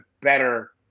better –